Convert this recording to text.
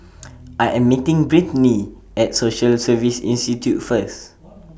I Am meeting Brittnay At Social Service Institute First